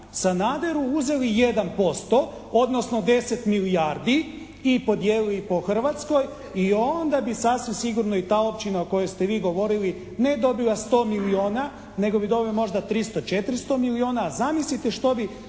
Sanaderu uzeli 1% odnosno 10 milijardi i podijelili ih po Hrvatskoj i onda bi sasvim sigurno i ta općina o kojoj ste vi govorili ne dobila 100 milijuna nego bi dobila možda 300, 400 milijuna. Zamislite što bi